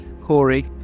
Corey